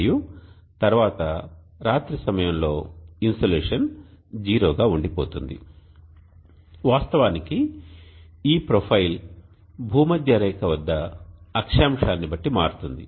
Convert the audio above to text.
మరియు తరువాత రాత్రి సమయంలో ఇన్సోలేషన్ 0 గా ఉండిపోతుంది వాస్తవానికి ఈ ప్రొఫైల్ భూమధ్యరేఖ వద్ద అక్షాంశాన్ని బట్టి మారుతుంది